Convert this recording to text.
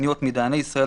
פניות מדיינים,